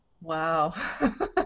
Wow